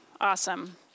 Awesome